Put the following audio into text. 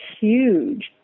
huge